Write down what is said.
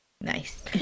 Nice